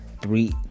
three